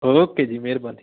okay ਜੀ ਮਿਹਰਬਾਨੀ